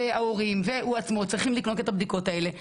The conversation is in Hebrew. ההורים והוא עצמו צריכים לקנות את הבדיקות האלה.